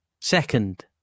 Second